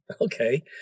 Okay